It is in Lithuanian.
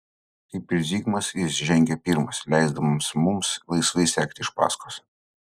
kaip ir zigmas jis žengė pirmas leisdamas mums laisvai sekti iš paskos